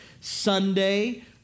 Sunday